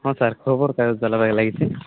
ହଁ ସାର୍ ଖବରକାଗଜ ବାଲା ପାଖେ ଲାଗିଛି